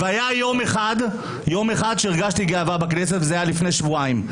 והיה יום אחד שהרגשתי גאווה בכנסת, לפני שבועיים.